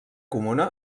comuna